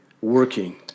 working